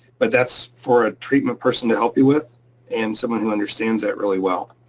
but that's for a treatment person to help you with and someone who understands that really well.